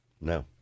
No